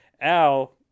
Al